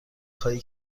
خواهی